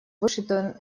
вышитую